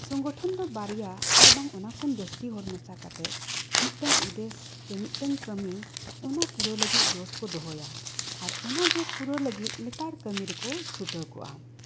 ᱥᱚᱝᱜᱚᱴᱷᱚᱱ ᱫᱚ ᱵᱟᱨᱭᱟ ᱟᱨᱵᱟᱝ ᱚᱱᱟᱠᱷᱚᱱ ᱡᱟᱹᱥᱛᱤ ᱦᱚᱲ ᱢᱮᱥᱟ ᱠᱟᱛᱮᱫ ᱢᱤᱫᱴᱟᱝ ᱩᱫᱮᱥ ᱥᱮ ᱢᱤᱫᱴᱟᱝ ᱠᱟᱹᱢᱤ ᱚᱱᱟ ᱯᱩᱨᱟᱹᱣ ᱞᱟᱹᱜᱤᱫ ᱡᱚᱥ ᱠᱚ ᱫᱚᱦᱚᱭᱟ ᱟᱨ ᱚᱱᱟ ᱡᱚᱥ ᱯᱩᱨᱟᱹᱣ ᱞᱟᱹᱜᱤᱫ ᱞᱮᱛᱟᱲ ᱠᱟᱹᱢᱤ ᱨᱮᱠᱚ ᱪᱷᱩᱴᱟᱹᱣ ᱠᱚᱜᱼᱟ